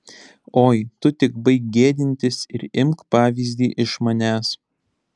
oi tu tik baik gėdintis ir imk pavyzdį iš manęs